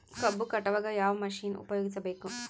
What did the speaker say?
ಕಬ್ಬು ಕಟಾವಗ ಯಾವ ಮಷಿನ್ ಉಪಯೋಗಿಸಬೇಕು?